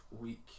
week